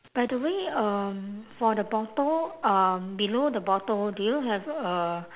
by the way um for the bottle um below the bottle do you have a